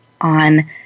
on